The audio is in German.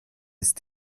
ist